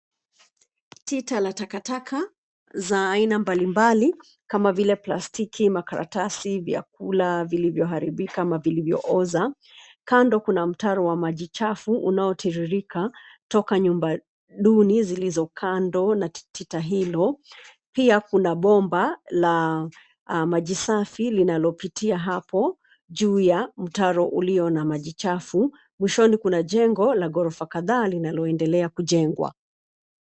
Tita la takataka, za aina mbalimbali, kama vile plastiki, makaratasi, vyakula vilivyoharibika ama vilivyooza. Kando kuna mtaro wa maji chafu unaotiririka, toka nyumba, duni zilizo kando na tita hilo. Pia kuna bomba la, maji safi linalopitia hapo, juu ya mtaro ulio na maji chafu. Mwishoni kuna jengo la ghorofa kadhaa linaloendelea kujengwa.